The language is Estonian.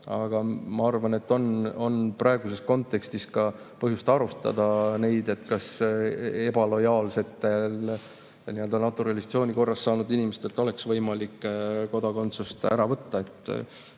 Aga ma arvan, et praeguses kontekstis on põhjust arutada, kas ebalojaalsetelt, naturalisatsiooni korras [kodakondsuse] saanud inimestelt oleks võimalik kodakondsust ära võtta.